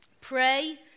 Pray